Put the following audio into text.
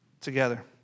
together